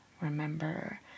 remember